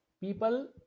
people